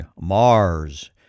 Mars